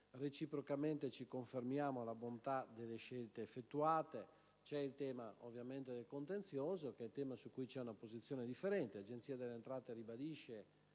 reciprocamente ci confermiamo la bontà delle scelte effettuate. C'è il tema del contenzioso, su cui c'è una posizione differente. L'Agenzia delle entrate ribadisce,